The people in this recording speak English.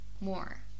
more